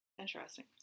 Interesting